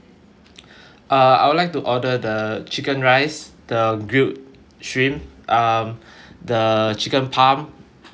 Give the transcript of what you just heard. uh I would like to order the chicken rice the grilled shrimp um the chicken plum